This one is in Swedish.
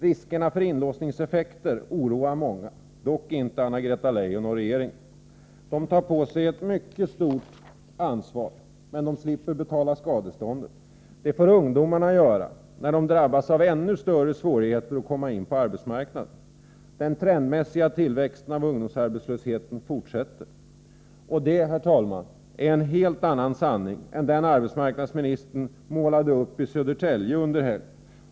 Riskerna för inlåsningseffekter oroar många, dock inte Anna-Greta Leijon och regeringen. De tar på sig ett mycket stort ansvar, men slipper betala skadeståndet. Det får ungdomarna göra, när de drabbas av ännu större svårigheter att komma in på arbetsmarknaden. Den trendmässiga tillväxten av ungdomsarbetslösheten fortsätter. Det är, herr talman, en mycket sannare bild än den arbetsmarknadsministern målade upp i Södertälje under helgen.